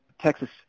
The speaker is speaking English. texas